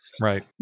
Right